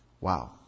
Wow